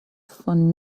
von